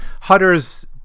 Hutter's